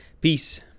Peace